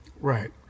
Right